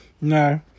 no